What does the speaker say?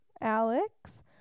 Alex